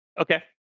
Okay